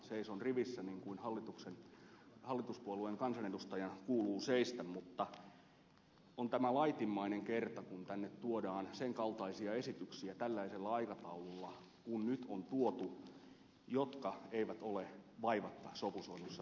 seison rivissä niin kuin hallituspuolueen kansanedustajan kuuluu seistä mutta on tämä laitimmainen kerta kun tänne tuodaan sen kaltaisia esityksiä tällaisella aikataululla kuin nyt on tuotu jotka eivät ole vaivatta sopusoinnussa perustuslain kanssa